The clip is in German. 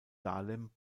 dahlem